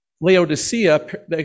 Laodicea